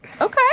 Okay